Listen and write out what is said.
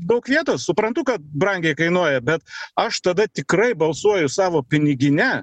daug vietos suprantu kad brangiai kainuoja bet aš tada tikrai balsuoju savo pinigine